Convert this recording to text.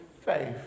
Faith